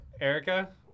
Erica